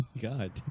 God